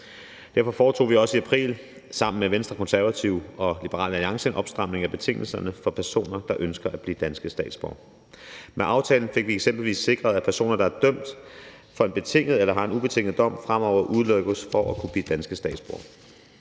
Derfor foretog vi også i april sammen med Venstre, Konservative og Liberal Alliance en opstramning af betingelserne for personer, der ønsker at blive danske statsborgere. Med aftalen fik vi eksempelvis sikret, at personer, der har fået en betinget dom eller en ubetinget dom, fremover udelukkes fra at kunne blive danske statsborgere.